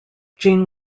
gene